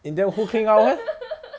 in the end who clean up [one]